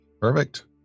Perfect